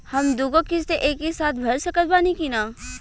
हम दु गो किश्त एके साथ भर सकत बानी की ना?